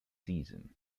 season